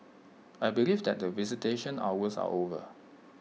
I believe that the visitation hours are over